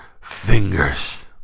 fingers